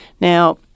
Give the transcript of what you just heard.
Now